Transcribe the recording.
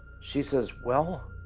she says, well,